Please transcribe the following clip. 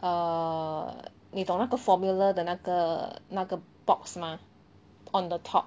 err 你懂那个 formula 的那个那个 box mah on the top